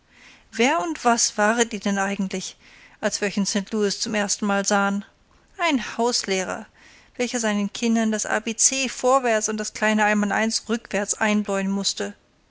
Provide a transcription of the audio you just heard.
wer und was waret ihr denn eigentlich als wir euch in st louis zum erstenmal sahen ein hauslehrer welcher seinen kindern das a b c vorwärts und das kleine einmaleins rückwärts einbläuen mußte